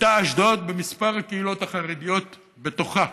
במספר הקהילות החרדיות בתוכה,